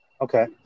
Okay